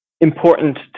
important